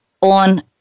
on